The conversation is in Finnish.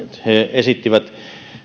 esittivät